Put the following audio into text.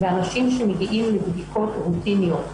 באנשים שמגיעים לבדיקות רוטיניות,